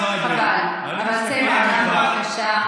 חבל, אבל צא מהאולם, בבקשה.